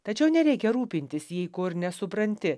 tačiau nereikia rūpintis jei ko ir nesupranti